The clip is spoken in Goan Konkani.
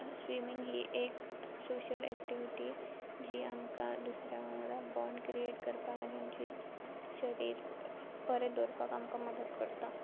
स्विमींग ही एक सोशल एक्टिविटी जी आमकां दुसऱ्या वांगडा बॉन्ड क्रियेट करपाक आनी आमची शरीर बरें दवरपाक आमकां मदत करता